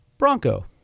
Bronco